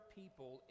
people